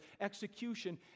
execution